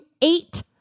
eight